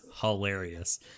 hilarious